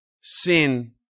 Sin